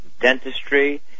dentistry